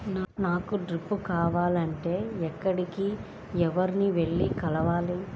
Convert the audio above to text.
నాకు డ్రిప్లు కావాలి అంటే ఎక్కడికి, ఎవరిని వెళ్లి కలవాలి?